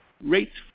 Rates